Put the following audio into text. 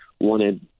wanted